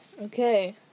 Okay